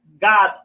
God